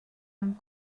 amb